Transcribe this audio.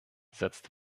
setzt